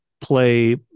play